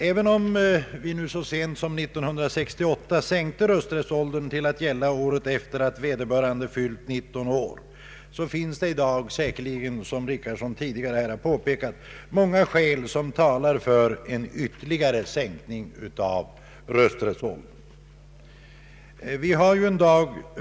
Även om vi så sent som år 1968 sänkte rösträttsåldern till att gälla året efter det att vederbö Om sänkning av rösträttsåldern rande fyllt 19 år, finns det säkerligen, som herr Richardson tidigare har påpekat, i dag många skäl som talar för en ytterligare sänkning av rösträttsåldern.